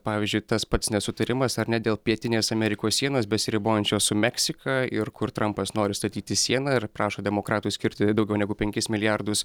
pavyzdžiui tas pats nesutarimas ar ne dėl pietinės amerikos sienos besiribojančios su meksika ir kur trampas nori statyti sieną ir prašo demokratų skirti daugiau negu penkis milijardus